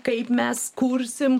kaip mes kursim